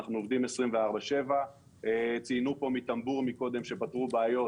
אנחנו עובדים 24/7. ציינו פה קודם מטמבור שפתרו בעיות,